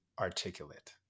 articulate